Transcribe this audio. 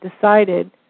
decided